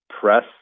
press